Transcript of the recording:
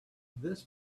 this